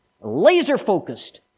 laser-focused